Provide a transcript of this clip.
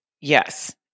Yes